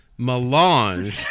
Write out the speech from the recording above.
Melange